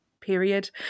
Period